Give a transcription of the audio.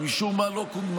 משום מה היא לא קודמה.